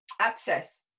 abscess